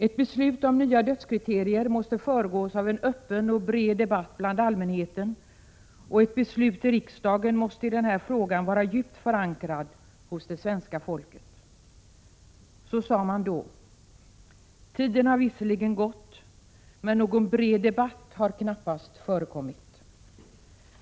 Ett beslut om nya dödskriterier måste föregås av en öppen och bred debatt bland allmänheten, och ett beslut i riksdagen i den här frågan måste vara djupt förankrat hos det svenska folket. Så sade man då. Tiden har visserligen gått, men någon bred debatt har knappast förekommit.